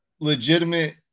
legitimate